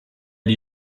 die